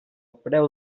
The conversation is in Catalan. preu